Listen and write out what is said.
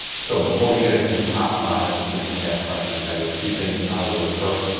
so before we get into the top five most frequently asked questions, got to get two things out of the way first.